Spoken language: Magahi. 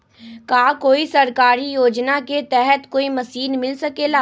का कोई सरकारी योजना के तहत कोई मशीन मिल सकेला?